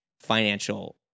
financial